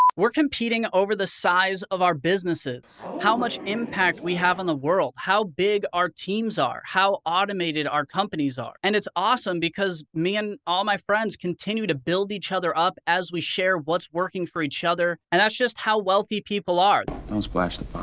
we're competing over the size of our businesses. how much impact we have on the world, how big our teams are, how automated our companies are. and it's awesome because me and all my friends continue to build each other up as we share what's working for each other, and that's just how wealthy people are. don't splash the